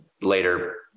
later